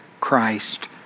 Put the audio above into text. Christ